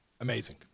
amazing